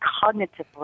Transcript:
cognitive